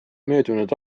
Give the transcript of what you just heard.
möödunud